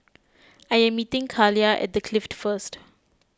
I am meeting Kaliyah at the Clift first